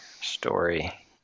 story